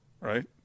right